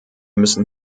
müssen